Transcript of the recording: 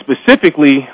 specifically